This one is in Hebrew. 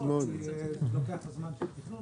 כי זה לוקח את הזמן של התכנון.